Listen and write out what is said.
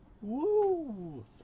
Woo